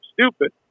stupid